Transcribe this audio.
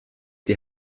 die